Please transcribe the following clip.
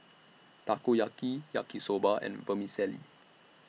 Takoyaki Yaki Soba and Vermicelli